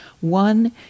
One